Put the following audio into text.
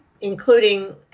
including